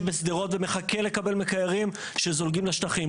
בשדרות ומחכה לקבל מקררים שזולגים לשטחים.